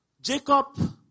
Jacob